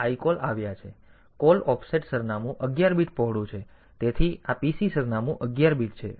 તેથી call offset સરનામું 11 bit પહોળું છે તેથી આ PC સરનામું 11 બીટ છે